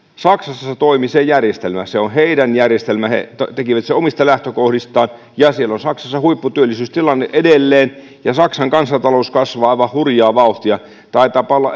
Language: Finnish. saksassa toimi se järjestelmä se on heidän järjestelmänsä he tekivät sen omista lähtökohdistaan ja siellä saksassa on huipputyöllisyystilanne edelleen ja saksan kansantalous kasvaa aivan hurjaa vauhtia taitaapa olla